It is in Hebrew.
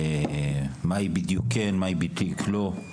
מהי בדיוק כן מהי בדיוק לא,